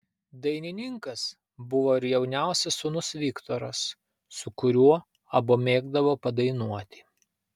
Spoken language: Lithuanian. dainininkas buvo ir jauniausias sūnus viktoras su kuriuo abu mėgdavo padainuoti